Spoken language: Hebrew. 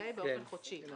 באופן חודשי.